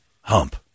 hump